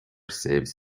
saves